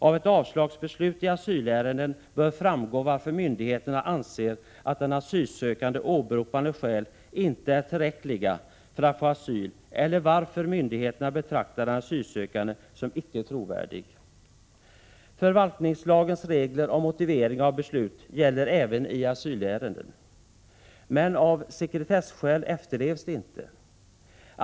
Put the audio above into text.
Av ett avslagsbeslut i asylärenden bör framgå varför myndigheterna anser att den asylsökandes åberopade skäl inte är tillräckliga för att få asyl eller varför myndigheterna betraktar den asylsökande som icke trovärdig. Prot. 1986/87:119 den. Men av sekretesskäl efterlevs de inte.